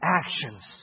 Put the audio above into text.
actions